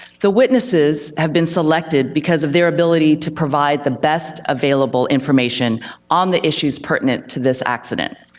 the witnesses have been selected because of their ability to provide the best available information on the issues pertinent to this accident.